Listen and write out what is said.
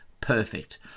Perfect